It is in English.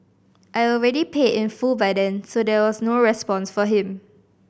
I already paid in full by then so there was no response from him